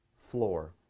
floor